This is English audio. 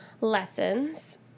lessons